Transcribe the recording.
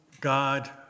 God